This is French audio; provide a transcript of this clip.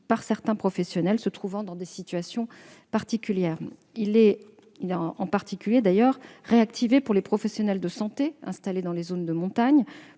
par certains professionnels se trouvant dans des situations particulières. Il a en particulier été réactivé pour les professionnels de santé installés dans les zones de montagne